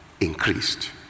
Increased